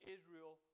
Israel